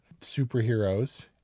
superheroes